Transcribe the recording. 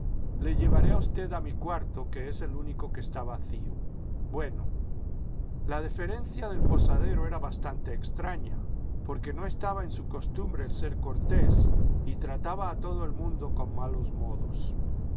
le llevaré a usted a mi cuarto que es el único que está vacío bueno la deferencia del posadero era bastante extraña porque no estaba en su costumbre el ser cortés y trataba a todo el mundo con malos modos